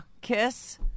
kiss